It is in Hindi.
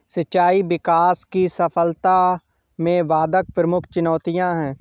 सिंचाई विकास की सफलता में बाधक प्रमुख चुनौतियाँ है